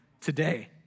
today